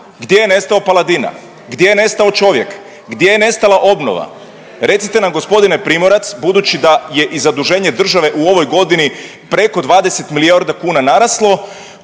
Gdje je nestao Paladina? Gdje je nestao čovjek? Gdje je nestala obnova? Recite nam gospodine Primorac budući da je i zaduženje države u ovoj godini preko 20 milijardi kuna naraslo